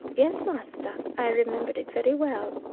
yes, master, i remember it very well,